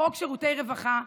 חוק שירותי רווחה,